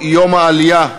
16 בעד,